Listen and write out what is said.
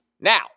Now